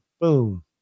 Boom